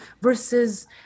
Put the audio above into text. versus